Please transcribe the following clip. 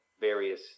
various